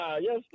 yes